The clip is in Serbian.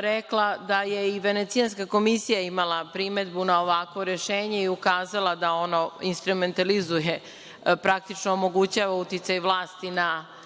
rekla da je i Venecijanska komisija imala primedbu na ovakvo rešenje i ukazala da ono instrumentalizuje, praktično omogućava uticaj vlasti na